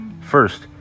First